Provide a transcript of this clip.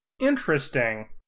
Interesting